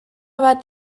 bat